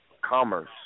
commerce